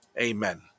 amen